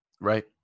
right